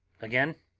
again.